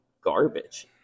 garbage